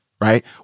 right